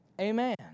Amen